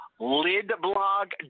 Lidblog